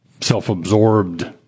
self-absorbed